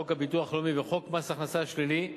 חוק הביטוח הלאומי וחוק מס הכנסה שלילי,